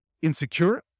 insecure